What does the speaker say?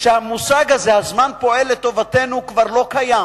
שהמושג הזה, "הזמן פועל לטובתנו", כבר לא קיים,